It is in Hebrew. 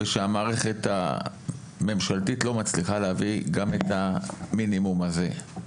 והמערכת הממשלתית לא מצליחה להביא גם את המינימום הזה.